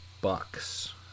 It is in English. Bucks